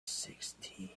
sixteen